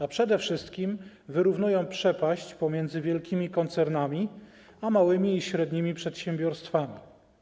A przede wszystkim wyrównują przepaść pomiędzy wielkimi koncernami a małymi i średnimi przedsiębiorstwami.